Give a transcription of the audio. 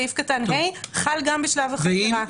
סעיף קטן (ה), חל גם בשלב החקירה.